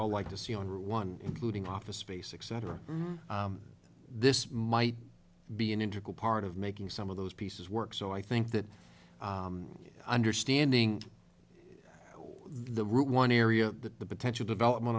all like to see on route one including office space etc this might be an integral part of making some of those pieces work so i think that understanding the route one area that the potential development